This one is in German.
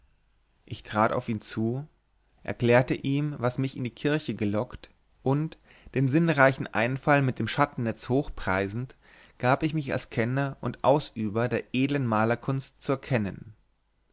ich trat auf ihn zu erklärte ihm was mich in die kirche gelockt und den sinnreichen einfall mit dem schattennetz hochpreisend gab ich mich als kenner und ausüber der edlen malerkunst zu erkennen